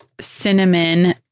cinnamon